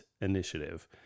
initiative